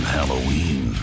Halloween